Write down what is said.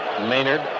Maynard